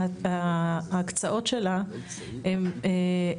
וגם צריך לזכור שאנחנו הגדרנו שההקצאות של הקרן לא יהיו